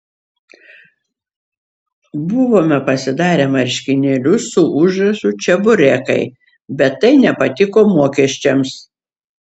buvome pasidarę marškinėlius su užrašu čeburekai bet tai nepatiko mokesčiams